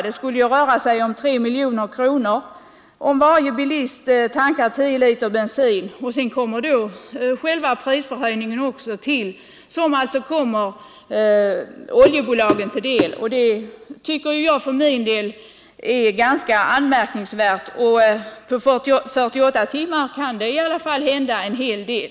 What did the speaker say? Om varje bilist tankar 10 liter bensin, rör det sig om 3 miljoner kronor, och sedan kommer själva prisförhöjningen till. Det tycker jag för min del är ganska anmärkningsvärt. På 48 timmar kan det i alla fall hända en hel del.